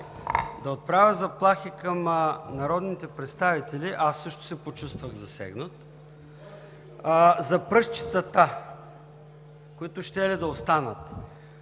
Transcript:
да отправя заплахи към народните представители. Аз също се почувствах засегнат за пръстчетата, които щели да останат.